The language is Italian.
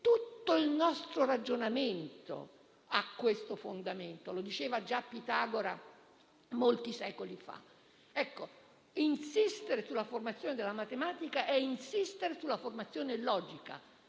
Tutto il nostro ragionamento ha questo fondamento, lo diceva già Pitagora molti secoli fa. Insistere sulla formazione della matematica è insistere sulla formazione logica,